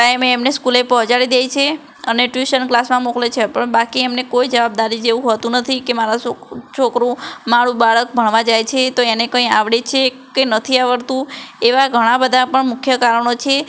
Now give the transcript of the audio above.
ટાઈમે એમને સ્કૂલે પહોંચાડી દે છે અને ટયૂસન ક્લાસમાં મોકલે છે પણ બાકી એમને કોઈ જવાબદારી જેવુ હોતું નથી કે મારા છોકરું મારું બાળક ભણવા જાય છે તો એને કંઇ આવડે છે કે નથી આવડતું એવા ઘણાં બધાં પણ મુખ્ય કારણો છે